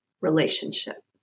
relationship